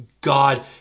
God